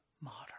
modern